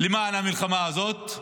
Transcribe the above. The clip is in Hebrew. למען המלחמה הזאת,